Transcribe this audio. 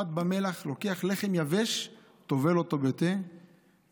פת במלח, לוקח לחם יבש, טובל אותו בתה ואוכל.